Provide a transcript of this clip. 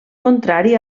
contrari